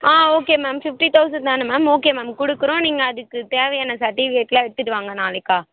ஆ okay ma'am fifty thousand தானே ma'am okay ma'am கொடுக்குறோம் நீங்கள் அதுக்கு தேவையான சர்ட்டிபிகேட்லாம் எடுத்துட்டு வாங்க நாளைக்கு